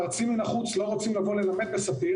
מרצים מן החוץ לא רוצים לבוא ללמד בספיר